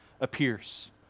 appears